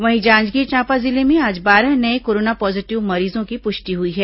वहीं जांजगीर चांपा जिले में आज बारह नये कोरोना पॉजिटिव मरीजों की पुष्टि हुई है